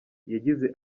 yagize